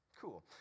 Cool